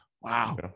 wow